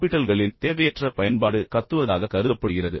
காபிட்டல்களின் தேவையற்ற பயன்பாடு கத்துவதாக கருதப்படுகிறது